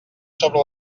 sobre